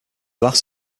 last